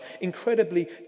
incredibly